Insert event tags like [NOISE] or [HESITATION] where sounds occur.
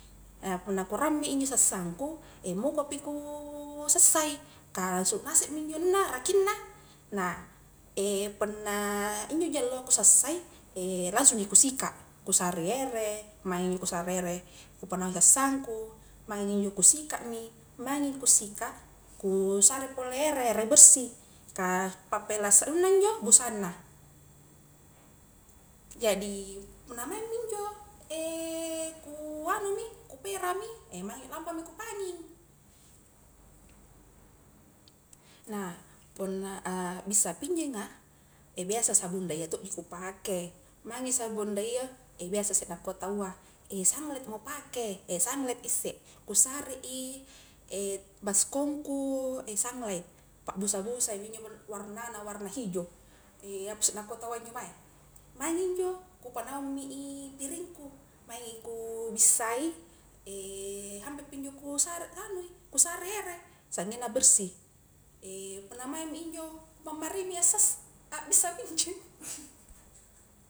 Ah punna kuramme injo sassangku, [HESITATION] mukopi ku sessai, kah sulu ngasemi injo anunaa rakinna, nah injoji alloa ku sassai [HESITATION] langsungji kusikat, kusarei ere maingi kusare ere kupanaungi sassangku, maingi injo kusikami, maingi kusika. kusare pole ere, ere bersih, kah pappelas anunna injo busanna, jadi punna maingmi injo [HESITATION] ku anumi, kuperami e maingi lampami ku panging, nah punna a bissa pinjenga biasa sabun daia to ji kupake, mangi sabung daia ebiasa sse nakua taua [HESITATION] sunlightmo pake e sunlight isse, kusare i [HESITATION] baskongku e sunlight, pa busa-busai, injomi injo warnana warna hijo, [HESITATION] apasse nakua taua injo mae, maingmi injo kupanaungmi i piringku, maingi kubissa i [HESITATION] hampepi injo kusare kua anaui kusare ere, saggengna bersih, [HESITATION] punna maingmi injo kupamari mi asass, a bissa pinjeng.